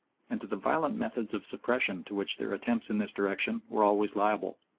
and to the violent methods of suppression to which their attempts in this direction were always liable.